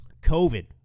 COVID